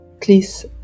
please